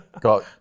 Got